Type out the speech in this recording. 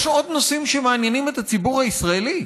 יש עוד נושאים שמעניינים את הציבור הישראלי.